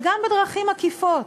וגם בדרכים עקיפות,